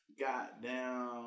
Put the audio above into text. Goddamn